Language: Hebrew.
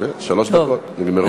שלוש דקות נגמרו.